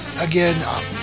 Again